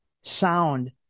sound